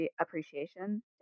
appreciation